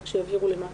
רק שיבהירו למה הכוונה.